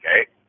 okay